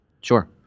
Sure